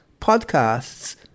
podcasts